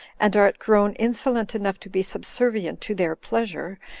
and art grown insolent enough to be subservient to their pleasure,